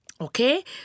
Okay